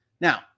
Now